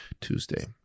Tuesday